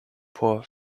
por